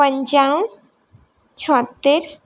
પંચાણું છોત્તેર